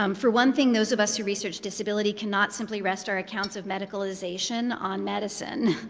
um for one thing, those of us who research disability cannot simply rest our accounts of medicalization on medicine.